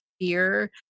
fear